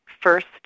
first